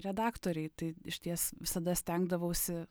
redaktoriai tai išties visada stengdavausi